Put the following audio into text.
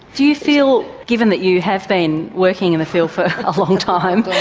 do you feel, given that you have been working in the field for a long time,